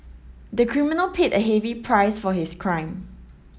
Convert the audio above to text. the criminal paid a heavy price for his crime